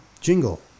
jingle